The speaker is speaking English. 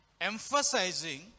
emphasizing